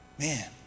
man